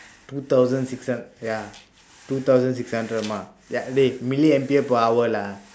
two thousand six hund~ ya two thousand six hundred MA ya dey milliampere per hour lah